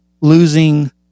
losing